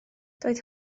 doedd